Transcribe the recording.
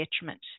detriment